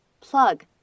plug